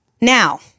Now